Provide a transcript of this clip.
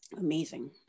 Amazing